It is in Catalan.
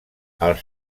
els